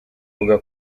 ivuga